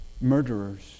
murderers